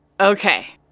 Okay